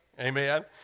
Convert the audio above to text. amen